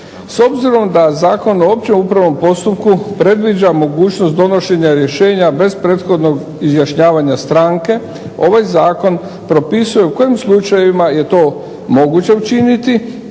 S obzirom da Zakon o općem upravnom postupku predviđa mogućnost donošenja rješenja bez prethodnog izjašnjavanja stranke. Ovaj zakon propisuje u kojim slučajevima je to moguće učiniti